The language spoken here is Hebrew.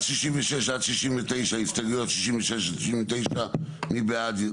אנחנו נצביע על הסתייגויות 66 עד 69. מי בעד?